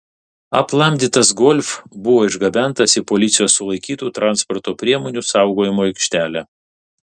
aplamdytas golf buvo išgabentas į policijos sulaikytų transporto priemonių saugojimo aikštelę